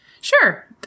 Sure